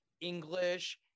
English